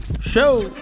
show